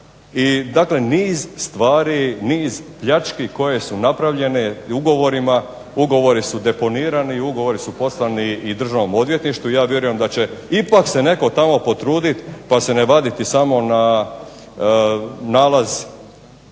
i dakle niz stvari, niz pljački koje su napravljene ugovorima, ugovori su deponirani, ugovori su poslani i Državnom odvjetništvu, ja vjerujem da će ipak se netko tamo potruditi pa se ne vaditi samo na nalaz